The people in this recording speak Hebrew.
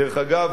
דרך אגב,